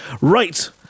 right